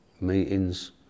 meetings